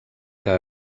que